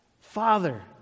Father